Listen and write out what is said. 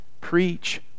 preach